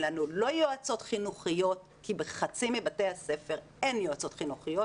לא יועצות חינוכיות ובחצי מבתי הספר אין יועצות חינוכיות